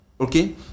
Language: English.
Okay